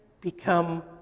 become